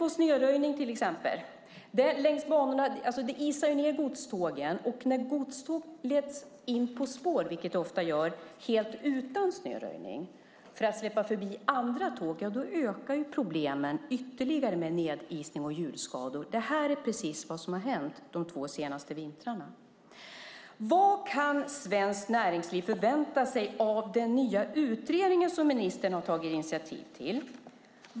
Vi har till exempel bristen på snöröjning. Godstågen isas ned, och när godstågen leds in på spår helt utan snöröjning för att släppa förbi andra tåg, vilket ofta görs, så ökar problemen med nedisning och hjulskador ytterligare. Det här är precis vad som har hänt de två senaste vintrarna. Vad kan svenskt näringsliv förvänta sig av den nya utredningen som ministern har tagit initiativ till?